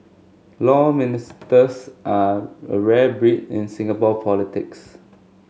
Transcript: Law Ministers are a rare breed in Singapore politics